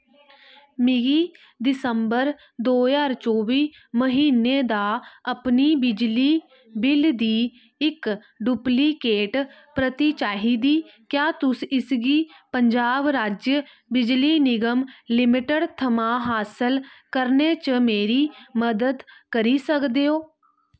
मिगी दिसंबर दो ज्हार चौबी म्हीने दा अपनी बिजली बिल दी इक डुप्लिकेट प्रति चाहिदी क्या तुस इसगी पंजाब राज्य बिजली निगम लिमिटेड थमां हासल करने च मेरी मदद करी सकदे ओ